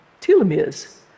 telomeres